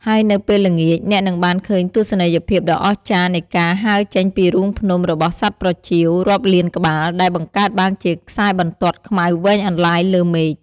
ហើយនៅពេលល្ងាច អ្នកនឹងបានឃើញទស្សនីយភាពដ៏អស្ចារ្យនៃការហើរចេញពីរូងភ្នំរបស់សត្វប្រចៀវរាប់លានក្បាល ដែលបង្កើតបានជាខ្សែបន្ទាត់ខ្មៅវែងអន្លាយលើមេឃ។